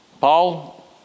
Paul